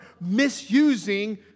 misusing